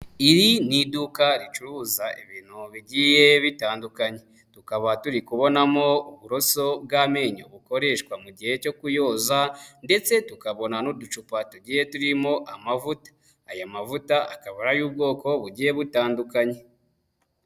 Iri ni iduka ricuruza ibintu bigiye bitandukanye, tukaba turi kubonamo uburoso bw'amenyo bukoreshwa mu gihe cyo kuyoza ndetse tukabona n'uducupa tugiye turimo amavuta, aya mavuta akaba ari ay'ubwoko bugiye butandukanye.